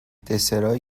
دسرایی